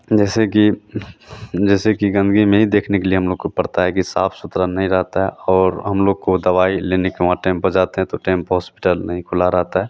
जैसे कि जैसे कि गंदगी में ही देखने के लिए हम लोग को पड़ता है कि साफ सुथरा नहीं रहता है और हम लोग को दवाई लेने के वहाँ टाइम पर जाते हैं तो टाइम पर होस्पिटल नहीं खुला रहता है